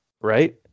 right